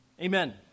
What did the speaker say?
Amen